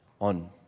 on